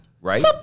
right